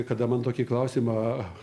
kada man tokį klausimą